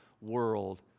world